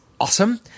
awesome